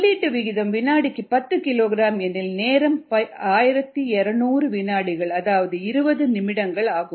உள்ளீட்டு விகிதம் வினாடிக்கு 10 கிலோகிராம் எனில் நேரம் 1200 வினாடிகள் அதாவது 20 நிமிடங்கள் ஆகும்